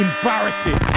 Embarrassing